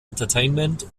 entertainment